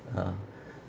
ah